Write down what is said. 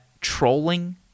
trolling